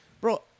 Bro